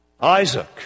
Isaac